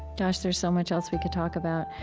gosh, there's so much else we could talk about.